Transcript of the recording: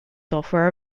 software